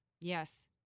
Yes